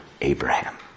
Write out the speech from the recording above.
Abraham